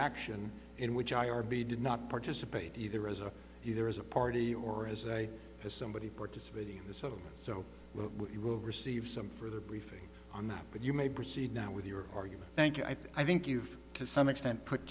action in which i r b did not participate either as a either as a party or as a as somebody participating in the settlement so what you will receive some further briefing on that but you may proceed now with your argument thank you i think you've to some extent put